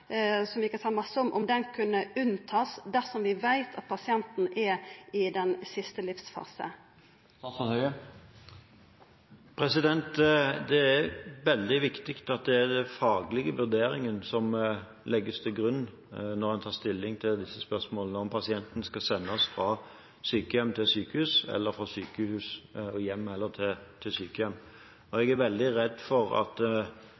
som vi kan seia mykje om, dersom vi veit at pasienten er i den siste livsfasen? Det er veldig viktig at det er den faglige vurderingen som legges til grunn når en tar stilling til spørsmålet om pasienten skal sendes fra sykehjem til sykehus, eller fra sykehus til hjem eller sykehjem. Jeg er veldig redd for å gå inn og bruke økonomiske virkemidler på det området som kan forsterke et inntrykk av at